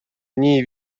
ній